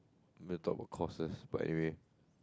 they talk about courses but anyway